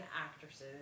actresses